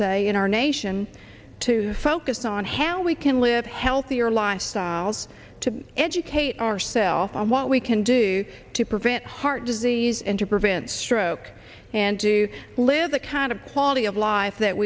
say in our nation to focus on how we can live healthier lifestyles to educate ourselves on what we can do to prevent heart disease and to prevent stroke and to live the kind of quality of life that